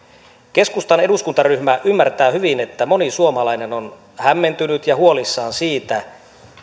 keskustan eduskuntaryhmä ymmärtää hyvin että moni suomalainen on hämmentynyt ja huolissaan siitä